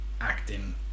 acting